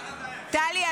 טלי,